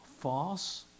False